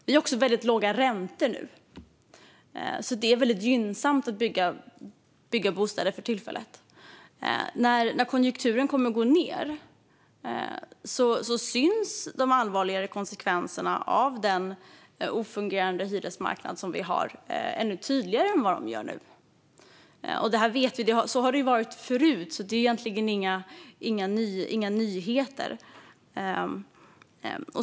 Vi har också väldigt låga räntor nu, så det är för tillfället väldigt gynnsamt att bygga bostäder. När konjunkturen går ned kommer de allvarligare konsekvenserna av den icke-fungerande hyresmarknad som vi har att synas ännu tydligare än vad de gör nu. Det här vet vi. Så har det varit förut, så det är egentligen inga nyheter.